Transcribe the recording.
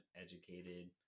educated